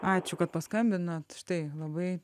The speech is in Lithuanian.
ačiū kad paskambinot štai labai